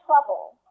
trouble